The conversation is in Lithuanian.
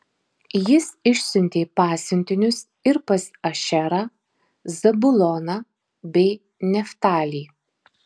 jis išsiuntė pasiuntinius ir pas ašerą zabuloną bei neftalį